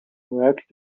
work